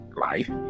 life